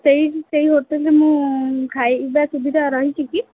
ସେଇ ସେଇ ହୋଟେଲ୍ରେ ମୁଁ ଖାଇବା ସୁବିଧା ରହିଛି କି